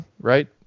right